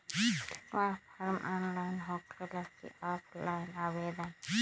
QR form online होकेला कि offline आवेदन?